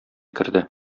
керде